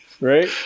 Right